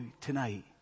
tonight